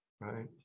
right